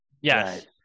yes